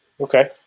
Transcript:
okay